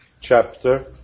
chapter